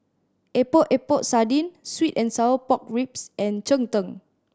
Epok Epok Sardin sweet and sour pork ribs and cheng tng